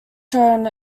show